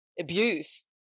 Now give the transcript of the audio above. abuse